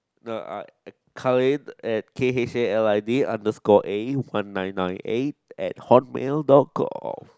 no I I Khalid at K H A L I D underscore A one nine nine eight at hotmail dot com